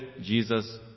Jesus